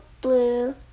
blue